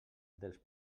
dels